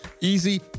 easy